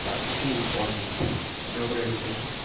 purchasing one anything